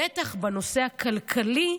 בטח בנושא הכלכלי,